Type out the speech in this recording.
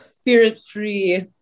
Spirit-free